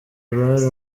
uruhare